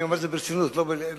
אני אומר את זה ברצינות ולא בציניות.